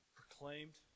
proclaimed